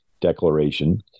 declaration